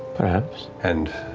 perhaps. and